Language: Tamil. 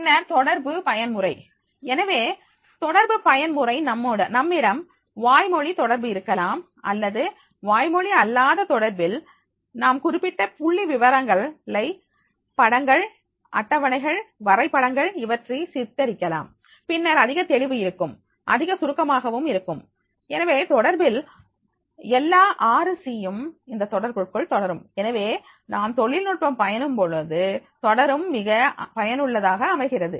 பின்னர் தொடர்பு பயன்முறை எனவே தொடர்பு பயன்முறை நம்மிடம் வாய்மொழி தொடர்பு இருக்கலாம் அல்லது வாய் மொழி அல்லாத தொடர்பில் நாம் குறிப்பிட்ட புள்ளி விவரங்கள் படங்கள் அட்டவணைகள் வரைபடங்கள் இவற்றை சித்தரிக்கலாம் பின்னர் அதிக தெளிவு இருக்கும் அதிக சுருக்கமாக இருக்கும் எனவே தொடர்பில் எல்லா ஆறு சி © யும் இங்கு தொடர்புக்குள் தொடரும் எனவே நாம் தொழில்நுட்பம் பயன்படுத்தும்போது தொடர்பு அதிக பயனுள்ளதாக அமைகிறது